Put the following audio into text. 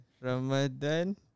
Ramadan